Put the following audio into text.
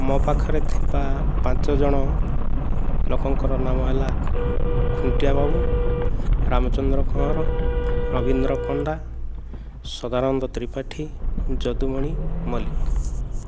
ମୋ ପାଖରେ ଥିବା ପାଞ୍ଚଜଣ ଲୋକଙ୍କର ନାମ ହେଲା ଖୁଣ୍ଟିଆ ବାବୁ ରାମଚନ୍ଦ୍ର କହଁର ରବୀନ୍ଦ୍ର ପଣ୍ଡା ସଦାନନ୍ଦ ତ୍ରିପାଠୀ ଯଦୁମଣି ମଲ୍ଲିକ